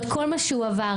את כל מה שהוא עבר.